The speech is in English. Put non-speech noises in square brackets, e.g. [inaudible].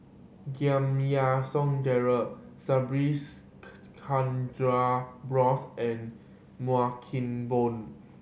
Giam Yean Song Gerald Subhas [unintelligible] Chandra Bose and [unintelligible] Keng Boon [noise]